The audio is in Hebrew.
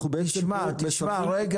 אנחנו בעצם פה --- רגע,